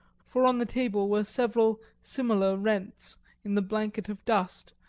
for on the table were several similar rents in the blanket of dust,